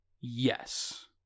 Yes